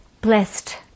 blessed